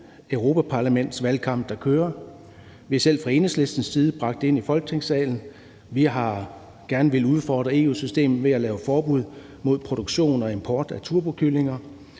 europaparlamentsvalgkamp, der kører. Vi har selv fra Enhedslistens side bragt det ind i Folketingssalen. Vi har gerne villet udfordre EU-systemet ved at lave forbud mod produktion og import af turbokyllinger.